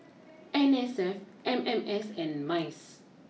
N S F M M S and Mice